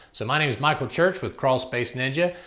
so, my name's michael church with crawl space ninja.